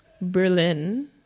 Berlin